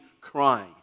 crying